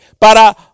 para